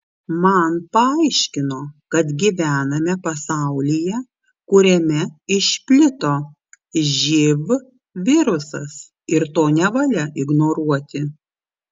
man paaiškino kad gyvename pasaulyje kuriame išplito živ virusas ir to nevalia ignoruoti